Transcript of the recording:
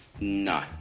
No